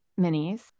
minis